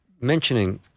mentioning